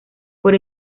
por